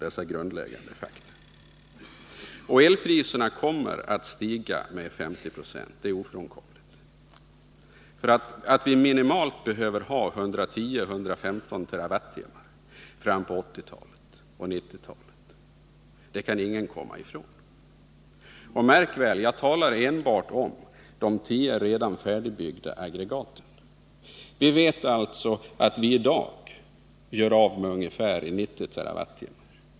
Elpriserna kommer att stiga med 50 90. Det är ofrånkomligt. På 1980 och 1990-talen kommer vi att behöva 110-115 TWh. Det kan man inte heller komma ifrån. Märk väl att jag enbart talar om de tio redan färdigbyggda aggregaten. Vi vet att vi i dag gör av med ungefär 90 TWh.